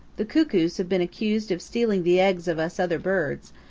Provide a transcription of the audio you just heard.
the cuckoos have been accused of stealing the eggs of us other birds,